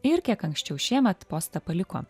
ir kiek anksčiau šiemet postą paliko